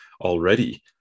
already